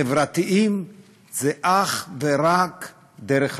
חברתיים זה אך ורק דרך החינוך.